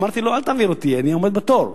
אמרתי לו: אל תעביר אותי, אני עומד בתור.